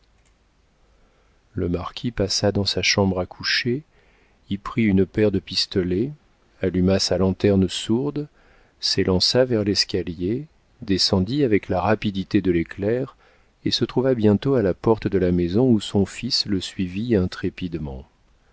le marquis passa dans sa chambre à coucher y prit une paire de pistolets alluma sa lanterne sourde s'élança vers l'escalier descendit avec la rapidité de l'éclair et se trouva bientôt à la porte de la maison où son fils le suivit